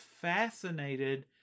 fascinated